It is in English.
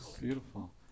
beautiful